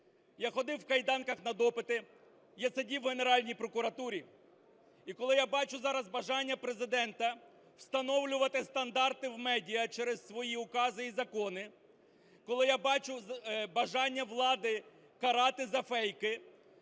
Я ходив в кайданках на допити, я сидів в Генеральній прокуратурі, і коли я бачу зараз бажання Президента встановлювати стандарти в медіа через свої укази і закони, коли я бачу бажання влади карати за фейки,